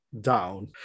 down